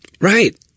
Right